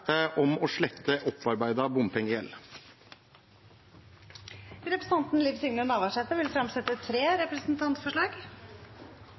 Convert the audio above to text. om å slette opparbeidet bompengegjeld. Representanten Liv Signe Navarsete vil fremsette tre